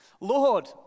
Lord